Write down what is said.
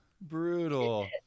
brutal